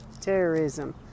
terrorism